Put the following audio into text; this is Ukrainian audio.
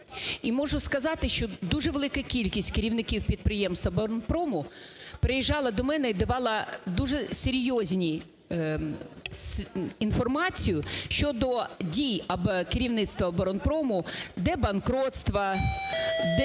І можу сказати, що дуже велика кількість керівників підприємств оборонпрому приїжджало до мене і давало дуже серйозну інформацію щодо дій керівництва оборонпрому, де банкрутства, де